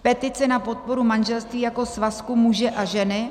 Petice na podporu manželství jako svazku muže a ženy.